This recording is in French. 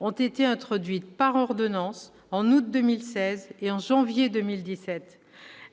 ont été introduites par ordonnances en août 2016 et janvier 2017.